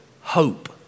Hope